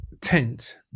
tent